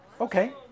Okay